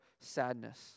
sadness